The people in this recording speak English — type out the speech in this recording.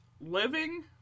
living